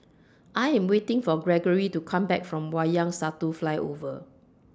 I Am waiting For Gregory to Come Back from Wayang Satu Flyover